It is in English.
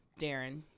Darren